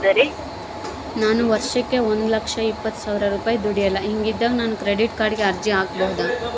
ನಾನು ವರ್ಷಕ್ಕ ಒಂದು ಲಕ್ಷ ಇಪ್ಪತ್ತು ಸಾವಿರ ರೂಪಾಯಿ ದುಡಿಯಲ್ಲ ಹಿಂಗಿದ್ದಾಗ ನಾನು ಕ್ರೆಡಿಟ್ ಕಾರ್ಡಿಗೆ ಅರ್ಜಿ ಹಾಕಬಹುದಾ?